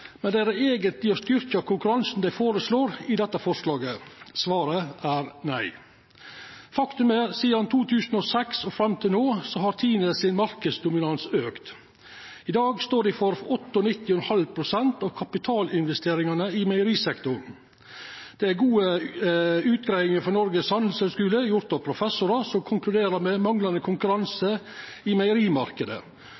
men er det eigentleg å styrkja konkurransen dei føreslår i dette forslaget? Svaret er nei. Faktum er at sidan 2006 og fram til no har Tine sin marknadsdominans auka. I dag står dei for 98,5 pst. av kapitalinvesteringane i meierisektoren. Det er gode utgreiingar frå Norges Handelshøyskole gjorde av professorar som konkluderer med manglande